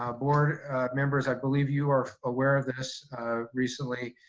ah board members i believe you are aware of this recently,